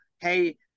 hey